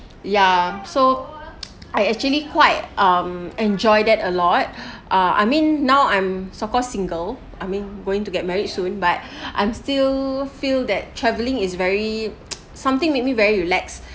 ya so I actually quite um enjoyed that a lot uh I mean now I'm so called single I mean going to get married soon but I'm still feel that travelling is very something made me very relax